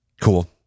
cool